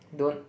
don't